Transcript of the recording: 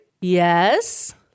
Yes